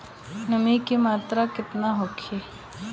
नमी के मात्रा केतना होखे?